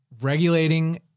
regulating